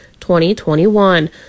2021